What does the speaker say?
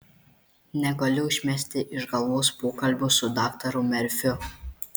negaliu išmesti iš galvos pokalbio su daktaru merfiu